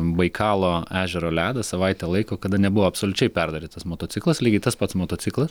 baikalo ežero ledą savaitę laiko kada nebuvo absoliučiai perdarytas motociklas lygiai tas pats motociklas